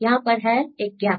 यहां पर है एक गैप